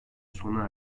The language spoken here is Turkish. sona